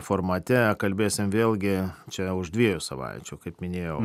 formate kalbėsim vėlgi čia už dviejų savaičių kaip minėjau